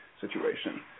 situation